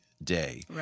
day